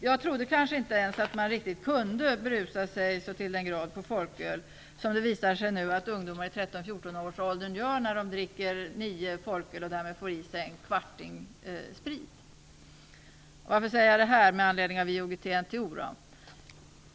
Jag trodde kanske inte ens att man riktigt kunde berusa sig så till den grad på folköl som det nu visar sig att ungdomar i 13-14 årsåldern gör när de dricker nio folköl och därmed får i sig en kvarting sprit. NTO?